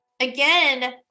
again